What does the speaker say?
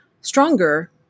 stronger